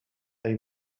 they